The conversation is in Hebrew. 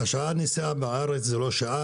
שעה נסיעה בארץ זה לא נסיעה,